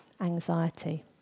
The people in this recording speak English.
anxiety